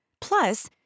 Plus